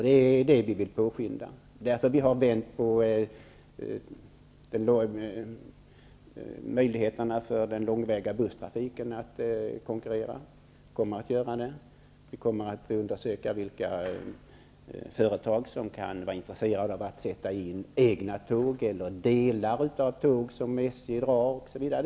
Det är vad vi vill påskynda, och det är därför vi kommer att förändra möjligheterna för den långväga busstrafiken att konkurrera. Vi kommer att undersöka vilka företag som kan tänkas vara intresserade av att sätta in egna tåg, eller delar av tåg, som SJ drar, osv.